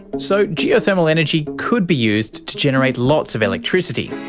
so geothermal energy could be used to generate lots of electricity.